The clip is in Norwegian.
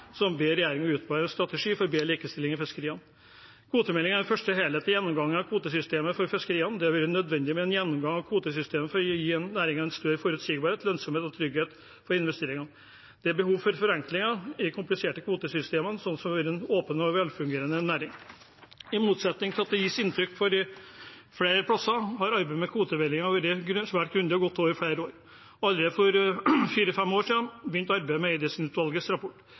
som ber regjeringen utarbeide en strategi for bedre likestilling i fiskeriene. Kvotemeldingen er den første helhetlige gjennomgangen av kvotesystemet for fiskeriene. Det har vært nødvendig med en gjennomgang av kvotesystemet for å gi næringen større forutsigbarhet, lønnsomhet og trygghet for investeringene. Det er behov for forenklinger i de kompliserte kvotesystemene, slik at det blir en åpen og velfungerende næring. I motsetning til hva det gis inntrykk av flere plasser, har arbeidet med kvotemeldingen vært svært grundig og gått over flere år. Allerede for fire–fem år siden begynte arbeidet med Eidesen-utvalgets rapport.